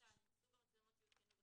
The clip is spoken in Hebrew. (2)סוג המצלמות שיותקנו,